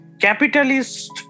Capitalist